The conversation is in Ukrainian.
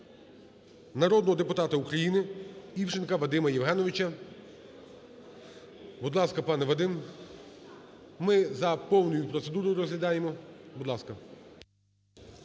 народного депутата Івченка Вадима Євгеновича. Будь ласка, пане Вадим. Ми за повною процедурою розглядаємо. Будь ласка.